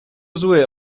zły